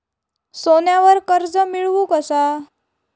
सोन्यावर कर्ज मिळवू कसा?